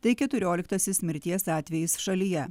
tai keturioliktasis mirties atvejis šalyje